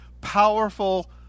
powerful